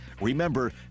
Remember